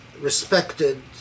respected